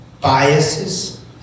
biases